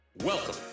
Welcome